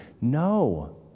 no